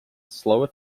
slower